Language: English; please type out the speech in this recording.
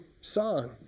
song